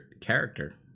character